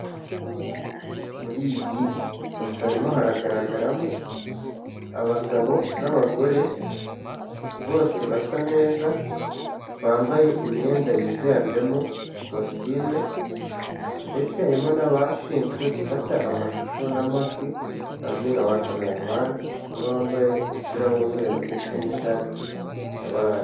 Mur’iyi foto harimo haragaragaramo abagabo n'abagore bose basa neza, bambaye imyenda yiganjemo kositime ndetse harimo n'abashinzwe gufata amashusho n'amajwi bazwi nka ba camera man, umwe wambaye umupira w'umweru ndetse n'ishati ya orange.